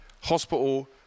Hospital